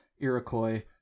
Iroquois